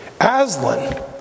Aslan